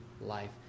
life